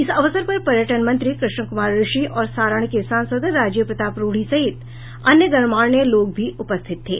इस अवसर पर पर्यटन मंत्री कृष्ण कुमार ऋषि और सारण के सांसद राजीव प्रताप रूड़ी सहित अन्य गणमान्य लोग भी उपस्थित थे